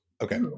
okay